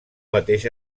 mateix